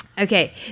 Okay